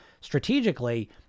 strategically